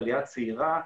עלייה צעירה,